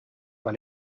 wel